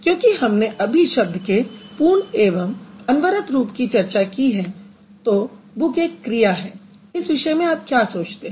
क्योंकि हमने अभी शब्द के पूर्ण एवं अनवरत रूप की चर्चा की है तो बुक एक क्रिया है इस विषय में आप क्या सोचते हैं